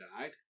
died